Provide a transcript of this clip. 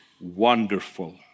wonderful